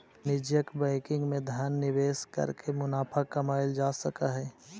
वाणिज्यिक बैंकिंग में धन निवेश करके मुनाफा कमाएल जा सकऽ हइ